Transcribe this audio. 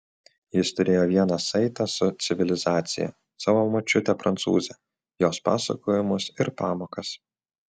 jis turėjo vieną saitą su civilizacija savo močiutę prancūzę jos pasakojimus ir pamokas